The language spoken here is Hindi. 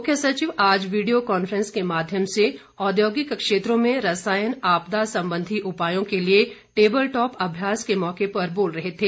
मुख्य सचिव आज वीडियो कांफ्रेंस के माध्यम से औद्योगिक क्षेत्रों में रसायन आपदा संबंधी उपायों के लिए टेबल टॉप अभ्यास के मौके पर बोल रहे थे